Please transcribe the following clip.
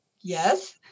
Yes